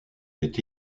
est